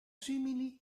simili